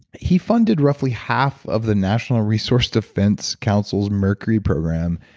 he funded roughly half of the national resources defense council's mercury program.